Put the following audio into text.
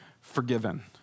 forgiven